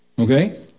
Okay